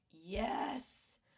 Yes